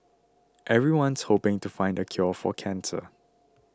everyone's hoping to find the cure for cancer